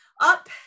Up